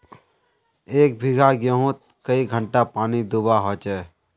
एक बिगहा गेँहूत कई घंटा पानी दुबा होचए?